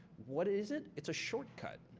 what is it? it's a shortcut.